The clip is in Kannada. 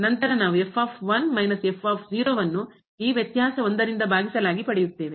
ಆದ್ದರಿಂದ ರಿಂದ ನಂತರ ನಾವು ಅನ್ನು ಈ ವ್ಯತ್ಯಾಸ ರಿಂದ ಭಾಗಿಸಲಾಗಿ ಪಡೆಯುತ್ತೇವೆ